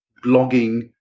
blogging